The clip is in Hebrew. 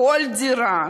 כל דירה,